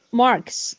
marks